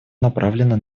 направлены